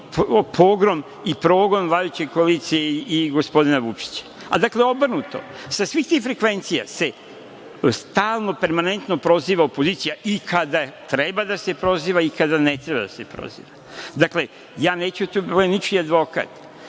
pogrom i progon vladajuće koalicije i gospodina Vučića. Dakle, obrnuto, sa svih tih frekvencija se stalno, permanentno proziva opozicija i kada treba da se proziva i kada ne treba. Dakle, ja neću da budem ničiji advokat